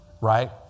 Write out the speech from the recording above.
Right